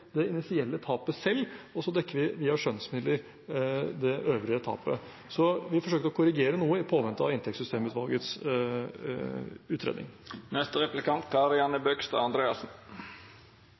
det initielle tapet selv, og så dekker vi det øvrige tapet via skjønnsmidler. Vi forsøkte å korrigere noe i påvente av inntektssystemutvalgets utredning.